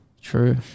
true